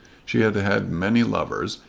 she had had many lovers,